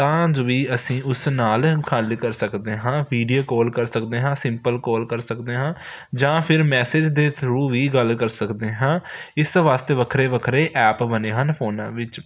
ਤਾਂ ਉਂਝ ਵੀ ਅਸੀਂ ਉਸ ਨਾਲ ਗੱਲ ਕਰ ਸਕਦੇ ਹਾਂ ਵੀਡੀਓ ਕਾਲ ਕਰ ਸਕਦੇ ਹਾਂ ਸਿੰਪਲ ਕਾਲ ਕਰ ਸਕਦੇ ਹਾਂ ਜਾਂ ਫਿਰ ਮੈਸੇਜ ਦੇ ਥਰੂ ਵੀ ਗੱਲ ਕਰ ਸਕਦੇ ਹਾਂ ਇਸ ਵਾਸਤੇ ਵੱਖਰੇ ਵੱਖਰੇ ਐਪ ਬਣੇ ਹਨ ਫੋਨਾਂ ਵਿੱਚ